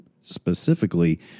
specifically